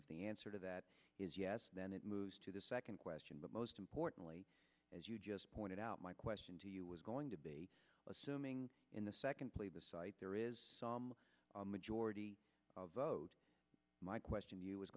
if the answer to that is yes then it moves to the second question but most importantly as you just pointed out my question to you was going to be assuming in the second plebiscite there is a majority of vote my question to you is